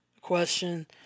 question